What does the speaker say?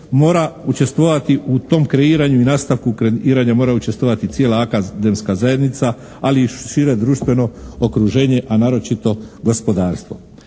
Mora učestvovati, u tom kreiranju i nastavku kreiranja mora učestvovati cijela akademska zajednica ali i šire društveno okruženje, a naročito gospodarstvo.